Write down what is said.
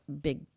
big